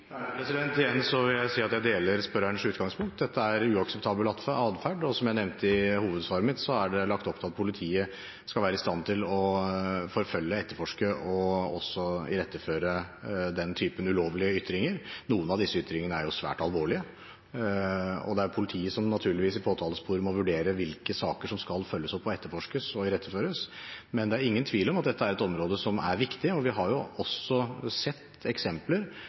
si at jeg deler spørrerens utgangspunkt. Dette er uakseptabel atferd. Og som jeg nevnte i hovedsvaret mitt, er det lagt opp til at politiet skal være i stand til å forfølge, etterforske og også iretteføre den typen ulovlige ytringer. Noen av disse ytringene er svært alvorlige. Det er politiet som naturligvis i påtalesporet må vurdere hvilke saker som skal følges opp, etterforskes og iretteføres, men det er ingen tvil om at dette er et område som er viktig. Vi har også sett eksempler